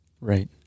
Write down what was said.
Right